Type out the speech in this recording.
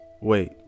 wait